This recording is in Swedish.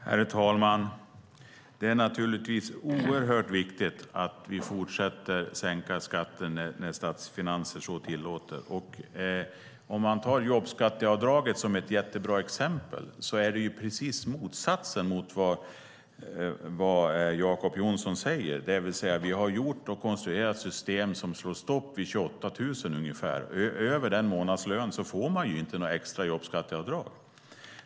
Herr talman! Det är naturligtvis oerhört viktigt att vi fortsätter att sänka skatten när statsfinanser så tillåter. Om man tar jobbskatteavdraget som ett jättebra exempel är det precis motsatsen till det Jacob Johnson säger. Vi har konstruerat ett system som slår stopp vid ungefär 28 000; över den månadslönen får man inga extra jobbskatteavdrag.